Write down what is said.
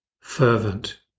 fervent